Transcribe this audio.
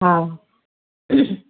हा